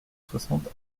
soixante